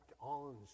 on